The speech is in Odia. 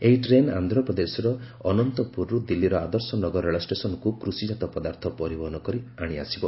ଏହି ଟ୍ରେନ୍ ଆନ୍ଧ୍ରପ୍ରଦେଶର ଅନନ୍ତପୁରରୁ ଦିଲ୍ଲୀର ଆଦର୍ଶନଗର ରେଳଷ୍ଟେସନ୍କୁ କୃଷଜାତ ପଦାର୍ଥ ପରିବହନ କରି ଆଣି ଆସିବ